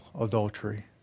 adultery